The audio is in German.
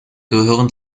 gehören